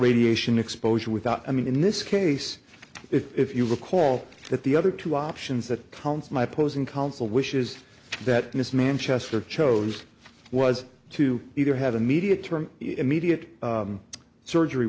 radiation exposure without i mean in this case if you recall that the other two options that counts my posing council which is that this manchester chose was to either have immediate term immediate surgery